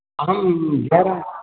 अहं जयरामः